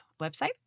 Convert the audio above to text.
website